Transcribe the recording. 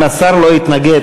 אם השר לא יתנגד,